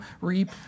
reap